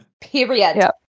Period